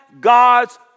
God's